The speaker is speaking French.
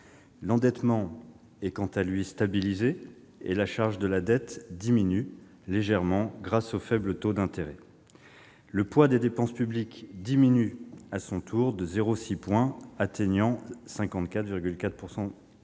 L'endettement est quant à lui stabilisé, et la charge de la dette diminue légèrement grâce aux faibles taux d'intérêt. Le poids des dépenses publiques baisse de 0,6 point, atteignant 54,4